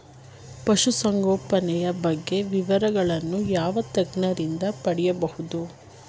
ಪಶುಸಂಗೋಪನೆಯ ಬಗ್ಗೆ ವಿವರಗಳನ್ನು ಯಾವ ತಜ್ಞರಿಂದ ಪಡೆಯಬಹುದು?